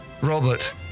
Robert